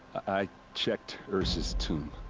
i. checked. ersa's tomb.